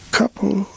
couple